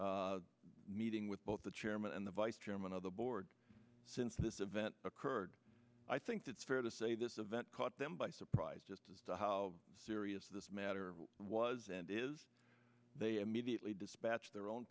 meeting with both the chairman and the vice chairman of the board since this event occurred i think it's fair to say this event caught them by surprise just as to how serious this matter was and is they immediately dispatched their own